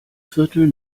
viertel